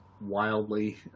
wildly